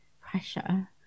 pressure